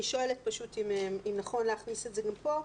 אני שואלת אם נכון להכניס את זה גם פה,